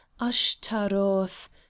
Ashtaroth